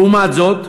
לעומת זאת,